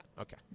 Okay